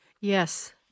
yes